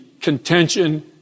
contention